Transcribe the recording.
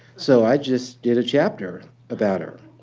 so i just did a chapter about her.